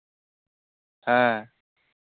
ᱦᱮᱸ